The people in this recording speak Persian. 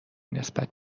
نسبت